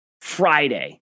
Friday